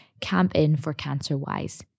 CampInForCancerWise